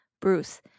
Bruce